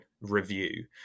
review